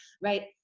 right